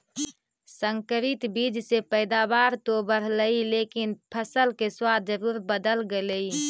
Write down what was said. संकरित बीज से पैदावार तो बढ़लई लेकिन फसल के स्वाद जरूर बदल गेलइ